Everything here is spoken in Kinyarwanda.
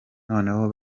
noneho